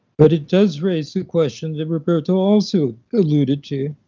but it does raise some questions that roberto also alluded to,